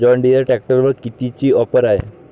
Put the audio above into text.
John Deere ट्रॅक्टरवर कितीची offer हाये?